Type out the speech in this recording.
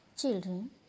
Children